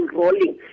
rolling